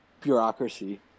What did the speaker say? bureaucracy